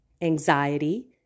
anxiety